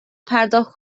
پرداخت